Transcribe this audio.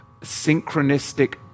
synchronistic